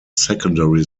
secondary